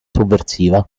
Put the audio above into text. sovversiva